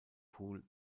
pool